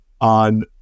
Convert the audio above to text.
on